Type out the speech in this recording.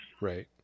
Right